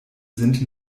sind